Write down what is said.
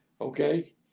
okay